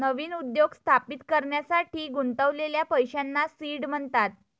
नवीन उद्योग स्थापित करण्यासाठी गुंतवलेल्या पैशांना सीड म्हणतात